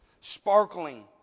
sparkling